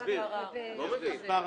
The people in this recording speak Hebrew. לא מבין.